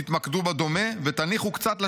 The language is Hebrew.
תתמקדו בדומה ותניחו קצת לשונה.